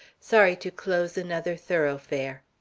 sorry to close another thoroughfare.